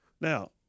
Now